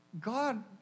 God